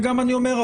וגם אני אומר,